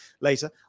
later